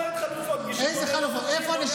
המדיניות שלך היא בדיוק ההפך.